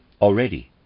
already